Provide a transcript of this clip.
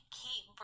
keep